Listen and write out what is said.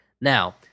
Now